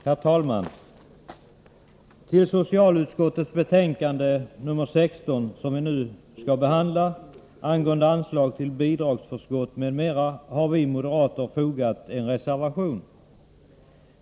Herr talman! Till socialutskottets betänkande 16, som vi nu skall behandla, angående anslag till bidragsförskott m.m. har vi moderater fogat en reservation.